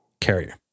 Carrier